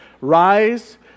Rise